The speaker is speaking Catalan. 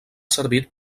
servit